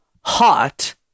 hot